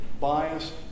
bias